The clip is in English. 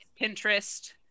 Pinterest